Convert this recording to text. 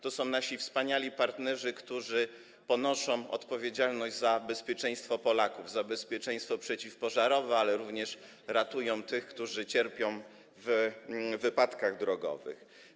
To są nasi wspaniali partnerzy, którzy ponoszą odpowiedzialność za bezpieczeństwo Polaków, za bezpieczeństwo przeciwpożarowe, ale również ratują tych, którzy ucierpieli w wypadkach drogowych.